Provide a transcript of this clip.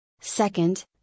Second